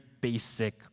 basic